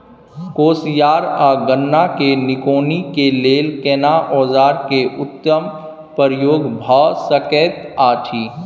कोसयार आ गन्ना के निकौनी के लेल केना औजार के उत्तम प्रयोग भ सकेत अछि?